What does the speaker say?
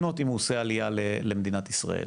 להנות אם הוא עושה עלייה למדינת ישראל.